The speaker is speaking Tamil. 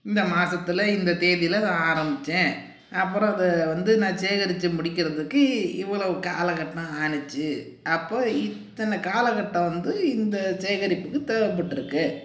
இந்த மாசத்தில் இந்த தேதியில் அதை ஆரம்பிச்சேன் அப்புறம் அதை வந்து நான் சேகரிச்சு முடிக்கிறதுக்கு இவ்வளோ காலகட்டம் ஆணுச்சு அப்போது இத்தனை காலகட்டம் வந்து இந்த சேகரிப்புக்கு தேவைபட்டுருக்கு